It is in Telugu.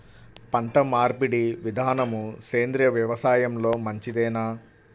పంటమార్పిడి విధానము సేంద్రియ వ్యవసాయంలో మంచిదేనా?